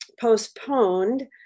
postponed